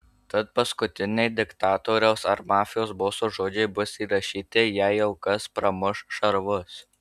tad paskutiniai diktatoriaus ar mafijos boso žodžiai bus įrašyti jei jau kas pramuš šarvus